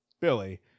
Billy